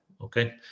okay